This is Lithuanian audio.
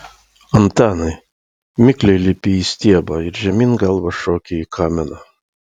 antanai mikliai lipi į stiebą ir žemyn galva šoki į kaminą